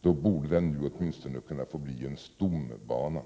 Då borde den nu åtminstone kunna få bli en stombana.